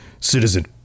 citizen